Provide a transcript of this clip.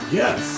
yes